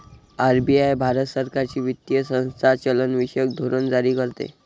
RBI Bharat सरकारची वित्तीय संस्था चलनविषयक धोरण जारी करते